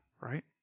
right